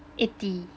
eighty